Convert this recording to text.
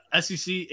SEC